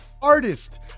Artist